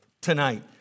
tonight